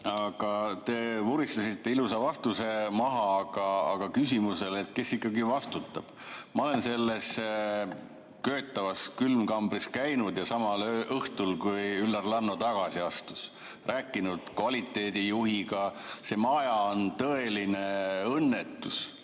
Te vuristasite ilusa vastuse maha, aga küsimus [jääb], kes ikkagi vastutab. Ma olen selles köetavas külmkambris käinud ja samal õhtul, kui Üllar Lanno tagasi astus, rääkinud kvaliteedijuhiga. See maja on tõeline õnnetus,